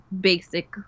basic